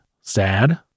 Sad